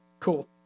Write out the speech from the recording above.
Cool